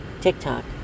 TikTok